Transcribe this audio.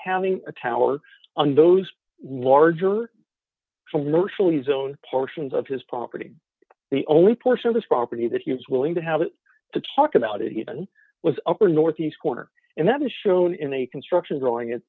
having a tower on those larger commercially zone portions of his property the only portion of this property that he was willing to have to talk about it even was upper northeast corner and that is shown in the construction drawing it